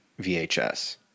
VHS